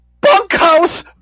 bunkhouse